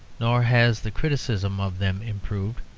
nor has the criticism of them improved,